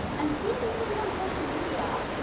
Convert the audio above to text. i'm seeing new things on social media.